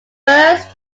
first